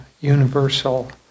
universal